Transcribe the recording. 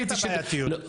הבעייתיות.